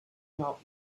help